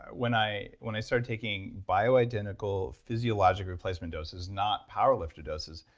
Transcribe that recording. ah when i when i started taking bio-identical physiological replacement doses, not power lifter doses,